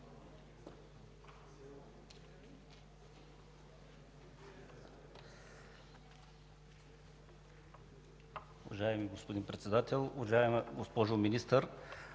Уважаеми господин Председател, уважаема госпожо Министър!